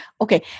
Okay